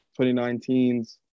2019's